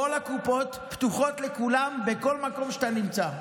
כל הקופות פתוחות לכולם בכל מקום שאתה נמצא,